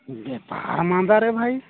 ବେପାର ମାନ୍ଦାରେ ଭାଇ